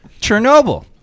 Chernobyl